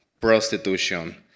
prostitution